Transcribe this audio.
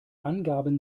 angaben